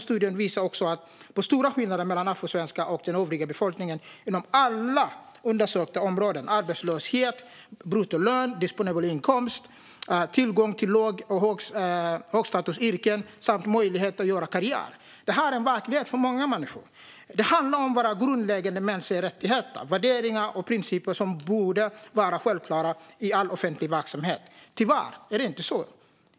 Studien visar också på stora skillnader mellan afrosvenskar och övrig befolkning inom alla undersökta områden: arbetslöshet, bruttolön, disponibel inkomst, tillgång till låg och högstatusyrken och möjlighet att göra karriär. Det här är en verklighet för många människor. Det handlar om grundläggande mänskliga rättigheter, värderingar och principer som borde vara självklara i all offentlig verksamhet. Tyvärr är det inte så.